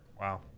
wow